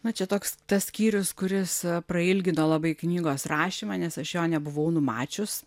na čia toks tas skyrius kuris prailgino labai knygos rašymą nes aš jo nebuvau numačius